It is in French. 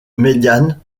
médiane